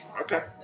okay